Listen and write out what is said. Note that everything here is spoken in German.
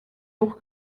hoch